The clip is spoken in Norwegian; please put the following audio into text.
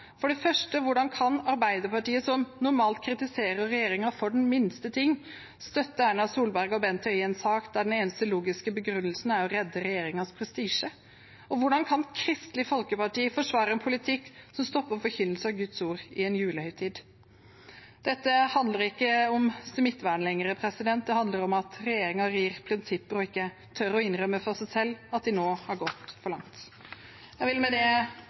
For det første: Hvordan kan Arbeiderpartiet, som normalt kritiserer regjeringen for den minste ting, støtte Erna Solberg og Bent Høie i en sak der den eneste logiske begrunnelsen er å redde regjeringens prestisje? Og hvordan kan Kristelig Folkeparti forsvare en politikk som stopper forkynnelse av Guds ord i en julehøytid? Dette handler ikke om smittevern lenger, det handler om at regjeringen rir prinsipper og ikke tør å innrømme for seg selv at de nå har gått for langt. Jeg vil med det